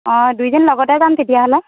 অঁ দুইজনী লগতে যাম তেতিয়া হ'লে